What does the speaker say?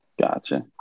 gotcha